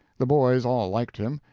the boys all liked him,